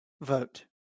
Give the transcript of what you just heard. vote